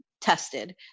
tested